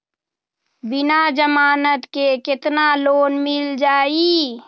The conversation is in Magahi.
बिना जमानत के केतना लोन मिल जाइ?